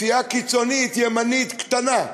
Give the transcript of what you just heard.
סיעה קיצונית ימנית קטנה,